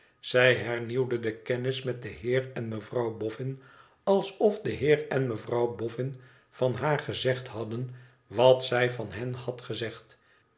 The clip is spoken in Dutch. zij hernieuwde de kennis met den heer en mevrouw boffin alsof de heer en mevrouw bofïin van haar gezegd hadden wat zij van hen had gezegd